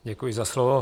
Děkuji za slovo.